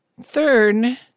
Third